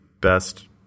best